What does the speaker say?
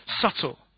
subtle